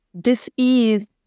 dis-ease